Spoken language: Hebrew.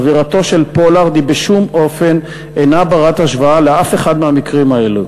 עבירתו של פולארד בשום אופן אינה בת השוואה לאף אחד מהמקרים האלו.